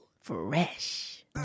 Fresh